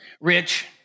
Rich